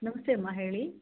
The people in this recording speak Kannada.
ನಮಸ್ತೆಯಮ್ಮ ಹೇಳಿ